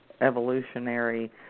evolutionary